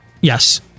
Yes